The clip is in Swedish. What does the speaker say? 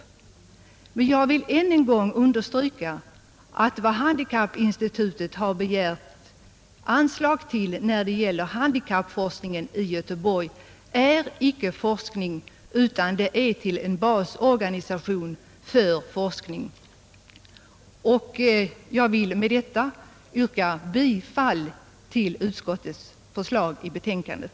Jag vill än en gång understryka att vad handikappinstitutet begärt anslag till när det gäller handikappforskningen i Göteborg icke är forskning utan anslag till en basorganisation för forskning. Jag vill med dessa ord yrka bifall till utskottets förslag i betänkandet.